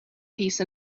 peace